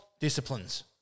Disciplines